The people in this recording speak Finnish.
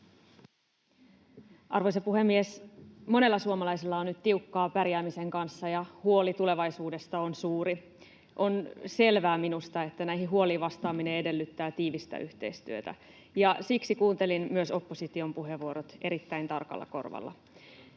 Arvoisa puhemies! Monella suomalaisella on nyt tiukkaa pärjäämisen kanssa, ja huoli tulevaisuudesta on suuri. On selvää minusta, että näihin huoliin vastaaminen edellyttää tiivistä yhteistyötä, ja siksi kuuntelin myös opposition puheenvuorot erittäin tarkalla korvalla.